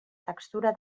textura